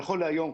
נכון להיום,